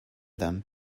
them